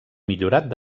millorat